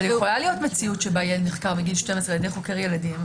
יכולה להיות מציאות שבה יהיה נחקר מגיל 12 על ידי חוקר ילדים,